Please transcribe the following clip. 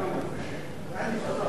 נא להצביע.